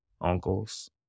uncles